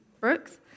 Brooks